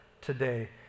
today